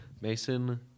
Mason